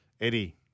Eddie